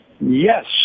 yes